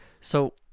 So-